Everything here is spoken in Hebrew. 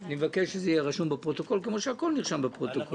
אני מבקש שזה יהיה רשום בפרוטוקול כמו שהכול נרשם בפרוטוקול.